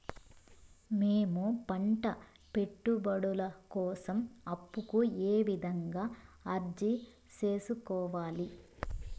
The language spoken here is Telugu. మేము పంట పెట్టుబడుల కోసం అప్పు కు ఏ విధంగా అర్జీ సేసుకోవాలి?